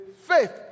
faith